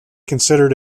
considered